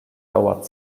dauert